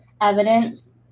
evidence